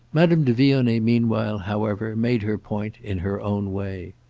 madame de vionnet meanwhile, however, made her point in her own way.